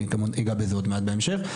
אני אגע בזה עוד מעט בהמשך.